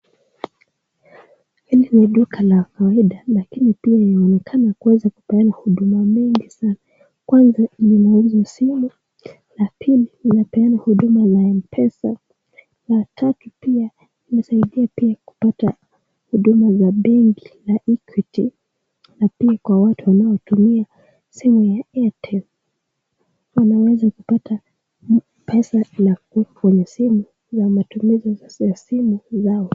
Hili ni duka la kawaida lakini pia linaonekana kuweza kupeana huduma mengi sana. Kwanza linauza simu. La pili linapeana huduma la M-Pesa. La tatu pia linasaidia pia kupata huduma za benki la Equity na pia kwa watu wanaotumia simu ya Airtel wanaweza kupata pesa na kuweka kwenye simu la matumizi za simu zao.